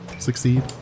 succeed